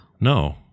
No